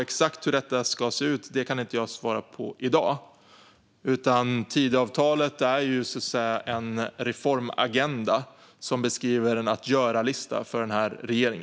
Exakt hur detta ska se ut kan jag inte svara på i dag. Tidöavtalet är så att säga en reformagenda som beskriver en att-göra-lista för denna regering.